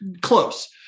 close